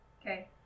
okay